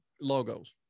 logos